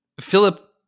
Philip